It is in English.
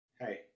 hey